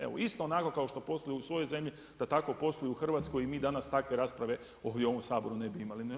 Evo isto onako kao što posluju u svojoj zemlji da tako posluju i u Hrvatskoj i mi danas takve rasprave ovdje u ovom Saboru ne bi imali.